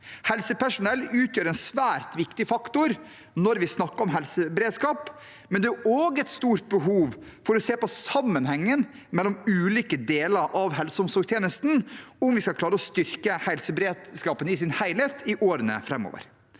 Helsepersonell utgjør en svært viktig faktor når vi snakker om helseberedskap, men det er også et stort behov for å se på sammenhengen mellom ulike deler av helseog omsorgstjenesten om vi skal klare å styrke helseberedskapen i sin helhet i årene framover.